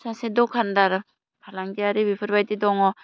सासे दखान्दार फालांगियारि बेफोरबायदि दङ